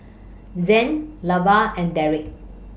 Zaid Lavar and Deric